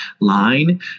line